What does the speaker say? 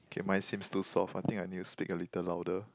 okay mine seems too soft I think I need to speak a little louder